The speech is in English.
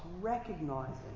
recognizing